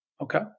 okay